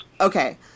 okay